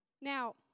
Now